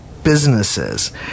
Businesses